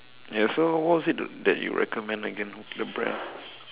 ya so what was it that you recommend again the brand